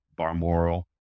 Barmoral